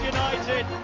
United